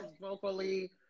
vocally